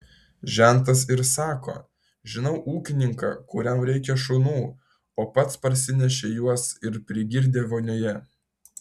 žentas ir sako žinau ūkininką kuriam reikia šunų o pats parsinešė juos ir prigirdė vonioje